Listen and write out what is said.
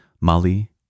Mali